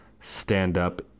stand-up